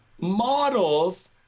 models